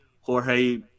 jorge